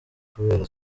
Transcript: kubera